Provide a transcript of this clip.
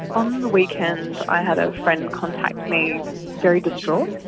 on the weekend i had a friend contact me very distraught.